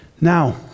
Now